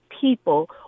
people